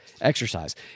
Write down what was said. exercise